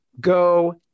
go